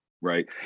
right